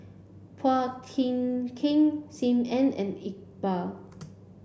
Phua Kiay Kiay Sim Ann and Iqbal